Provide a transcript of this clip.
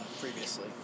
previously